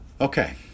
Okay